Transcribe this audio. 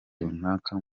runaka